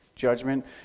judgment